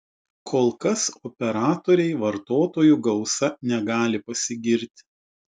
kol kas operatoriai vartotojų gausa negali pasigirti